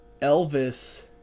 Elvis